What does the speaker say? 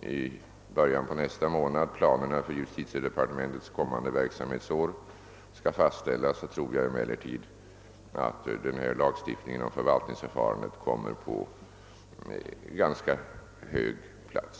I början av nästa månad skall planerna för justitiedepartementets kommande verksamhetsår fastställas, och jag tror att denna lagstiftning om förvaltningsförfarandet då kommer på en ganska hög plats.